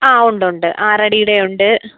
ആ ഉണ്ട് ഉണ്ട് ആറ് അടിയുടെ ഉണ്ട്